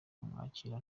kumwakira